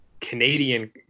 Canadian